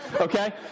Okay